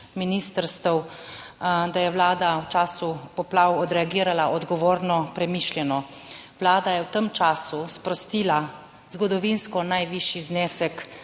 ministrstev, da je Vlada v času poplav odreagirala odgovorno, premišljeno. Vlada je v tem času sprostila zgodovinsko najvišji znesek